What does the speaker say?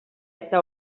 eta